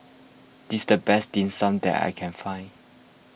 this the best Dim Sum that I can find